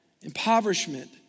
impoverishment